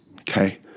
okay